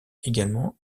également